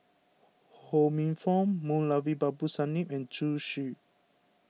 Ho Minfong Moulavi Babu Sahib and Zhu Xu